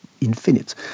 infinite